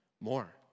more